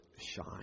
shine